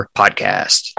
podcast